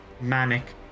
manic